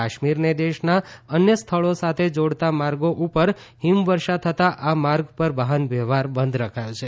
કાશ્મીરને દેશના અન્ય સ્થળો સાથે જોડતા માર્ગો ઉપર ઠ્ઠીમવર્ષા થતા આ માર્ગ પર વાહનવ્યવહાર બંધ રખાયો છે